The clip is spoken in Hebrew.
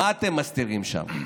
מה אתם מסתירים שם?